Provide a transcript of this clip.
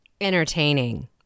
entertaining